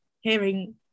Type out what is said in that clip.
hearing